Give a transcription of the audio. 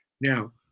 Now